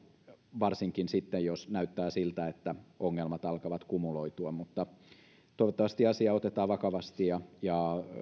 varsinkin sitten jos näyttää siltä että ongelmat alkavat kumuloitua toivottavasti asia otetaan vakavasti ja ja